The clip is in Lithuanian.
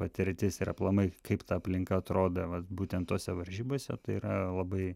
patirtis ir aplamai kaip ta aplinka arodo vat būtent tose varžybose tai yra labai